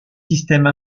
systèmes